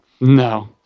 No